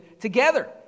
together